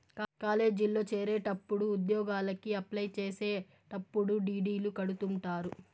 కాలేజీల్లో చేరేటప్పుడు ఉద్యోగలకి అప్లై చేసేటప్పుడు డీ.డీ.లు కడుతుంటారు